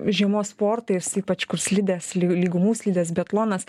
žiemos sportais ypač kur slidės lygumų slidės biatlonas